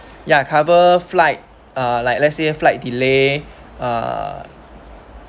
ya cover flight uh like let's say a flight delay uh